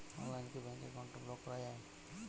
অনলাইনে কি bank account block করা য়ায়?